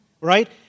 right